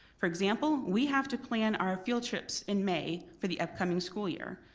for example, we have to plan our field trips in may for the upcoming school year.